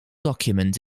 document